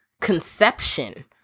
conception